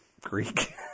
Greek